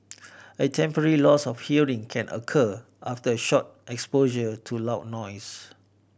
a temporary loss of hearing can occur after a short exposure to loud noise